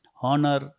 honor